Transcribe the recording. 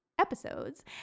episodes